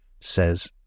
says